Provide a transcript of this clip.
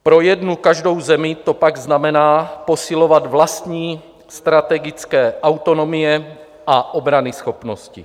Pro jednu každou zemi to tak znamená posilovat vlastní strategické autonomie a obranyschopnosti.